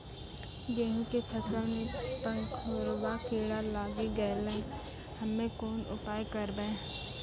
गेहूँ के फसल मे पंखोरवा कीड़ा लागी गैलै हम्मे कोन उपाय करबै?